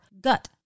gut